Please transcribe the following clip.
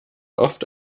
oft